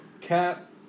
Cap